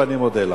ואני מודה לך.